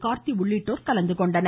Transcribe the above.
கார்த்தி உள்ளிட்டோர் கலந்துகொண்டனர்